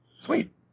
Sweet